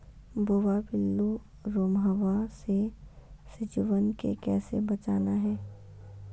भुवा पिल्लु, रोमहवा से सिजुवन के कैसे बचाना है?